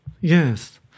yes